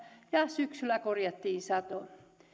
ja syksyllä korjattiin sato